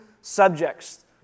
subjects